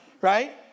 right